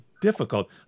difficult